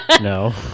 No